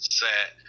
set